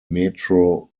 metro